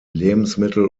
lebensmittel